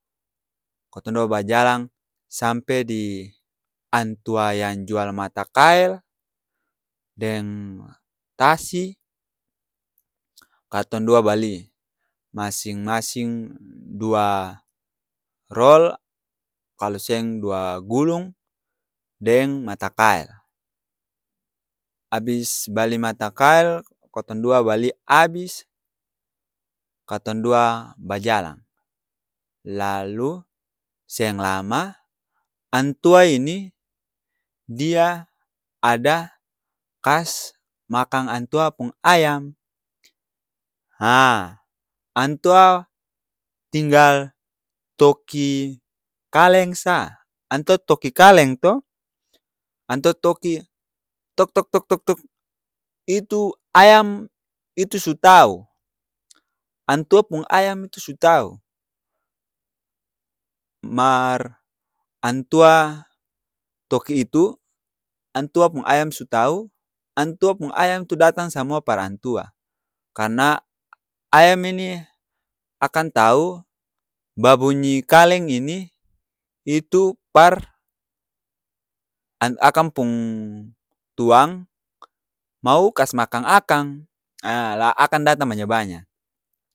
Kotong dua bajalang sampe di antua yang jual mata kael, deng tasi, katong dua bali. Masing-masing dua rol kalo seng dua gulung, deng mata kael. Abis bali mata kael, kotong dua bali abis, katong dua bajalang. Lalu seng lama antua ini dia ada kas makang antua pung ayam. Ha antua tinggal toki kaleng sa. Antua toki kaleng to, antua toki tuk tuk tuk tuk tuk, itu ayam itu su tau. Antua pung ayam itu su tau. Mar antua toki itu, antua pung ayam su tau, antua pung ayam tu datang samua par antua. Karna ayam ini akang tau babunyi kaleng ini itu par ak akang pung tuang mau kas makang akang. Aa la akang datang banya-banya.